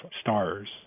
stars